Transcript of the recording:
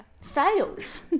fails